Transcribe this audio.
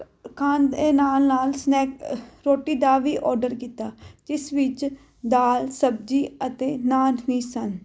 ਖਾਣ ਦੇ ਨਾਲ ਨਾਲ ਸਨੈ ਰੋਟੀ ਦਾ ਵੀ ਔਰਡਰ ਕੀਤਾ ਜਿਸ ਵਿੱਚ ਦਾਲ ਸਬਜ਼ੀ ਅਤੇ ਨਾਨ ਵੀ ਸਨ